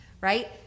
right